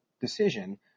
decision